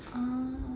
ah